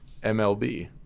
MLB